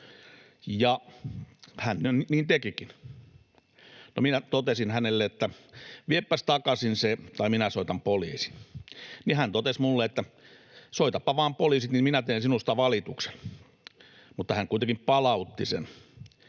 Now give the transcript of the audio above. ja niin hän tekikin. No minä totesin hänelle, että viepäs takaisin se tai minä soitan poliisin. Hän totesi minulle, että soitapa vaan poliisit, niin minä teen sinusta valituksen. Mutta hän kuitenkin palautti sen.